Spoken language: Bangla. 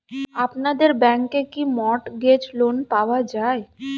আপনাদের ব্যাংকে কি মর্টগেজ লোন পাওয়া যায়?